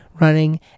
running